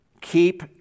Keep